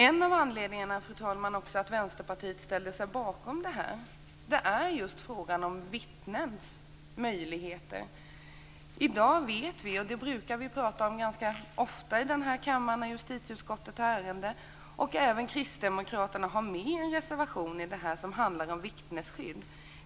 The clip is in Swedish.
En av anledningarna till att Vänsterpartiet ställde sig bakom förslaget är just frågan om vittnens möjligheter. Vi brukar ofta när justitieutskottet har ett ärende i kammaren prata om vikten av att förbättra vittnenas situation - och kristdemokraterna har med en reservation i frågan om vittnesskydd.